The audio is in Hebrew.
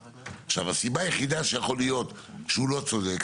הסיבה היחידה שיכול להיות שהוא לא צודק,